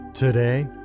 Today